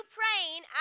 praying